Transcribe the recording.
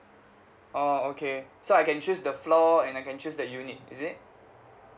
orh okay so I can choose the floor and I can choose the unit is it